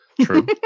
True